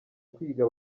kwiga